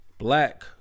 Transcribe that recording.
black